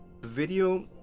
video